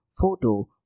photo